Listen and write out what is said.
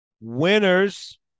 Winners